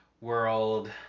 world